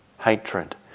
hatred